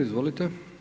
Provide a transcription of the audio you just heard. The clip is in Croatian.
Izvolite.